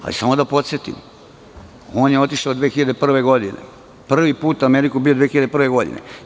Samo da podsetim, on je otišao 2001. godine, prvi put je u Americi bio 2001. godine.